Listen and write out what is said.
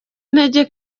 intege